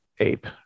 ape